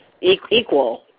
equal